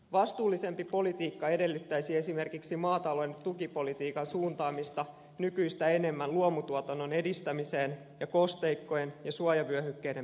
vastuullisempi politiikka edellyttäisi esimerkiksi maatalouden tukipolitiikan suuntaamista nykyistä enemmän luomutuotannon edistämiseen ja kosteikkojen ja suojavyöhykkeiden perustamiseen